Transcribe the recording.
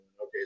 okay